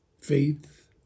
Faith